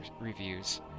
reviews